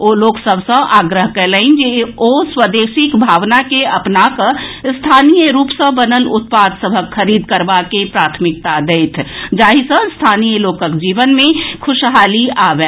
ओ लोकसभ सॅ आग्रह कयलनि जे ओ स्वदेशीक भावना के अपना कऽ स्थानीय रूप सॅ बनल उत्पाद सभक खरीद करबा केँ प्राथमिकता देथि जाहि सॅ स्थानीय लोकक जीवन मे खुशहाली आबय